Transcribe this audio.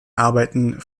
arbeiten